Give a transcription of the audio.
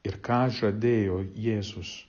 ir ką žadėjo jėzus